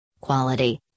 Quality